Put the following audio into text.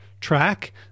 track